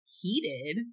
heated